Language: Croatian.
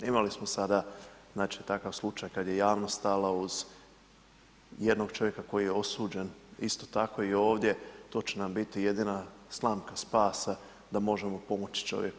Imali smo sada znači takav slučaj kad je javnost stala uz jednog čovjeka koji je osuđen isto tako i ovdje to će nam biti jedina slamka spasa da možemo pomoći čovjeku.